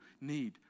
need